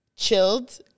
Chilled